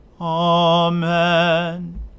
Amen